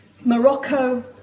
Morocco